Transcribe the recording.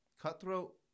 cutthroat